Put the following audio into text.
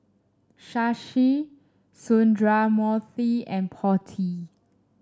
Shashi Sundramoorthy and Potti